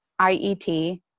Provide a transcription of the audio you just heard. IET